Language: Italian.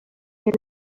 per